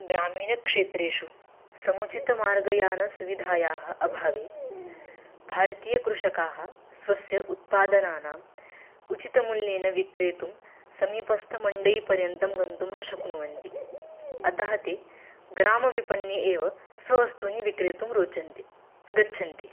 ग्रामीणक्षेत्रेषु समुचितमार्गयानसुविधायाः अभावे भारतीयकृषकाः स्वेषाम् उत्पादान् उचितमुल्येन विक्रेतुं समीपस्थमण्डलपर्यन्तं गन्तुं न शक्नुवन्ति अतः ते ग्राम्यविपणौ एव स्ववस्तूनि विक्रेतुं रोचन्ते गच्छन्ति